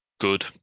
good